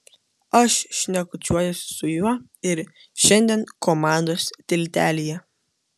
aš šnekučiuojuosi su juo ir šiandien komandos tiltelyje